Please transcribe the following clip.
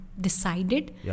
decided